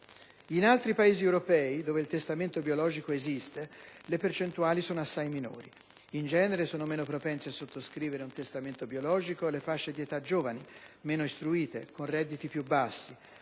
In altri Paesi europei, dove il testamento biologico esiste, le percentuali sono assai minori. In genere, sono meno propense a sottoscrivere un testamento biologico le fasce di età giovani, meno istruite, con redditi più bassi.